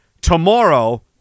Tomorrow